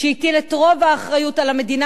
שהטיל את רוב האחריות על המדינה,